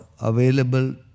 available